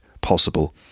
Possible